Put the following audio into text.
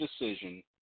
decision